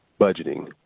budgeting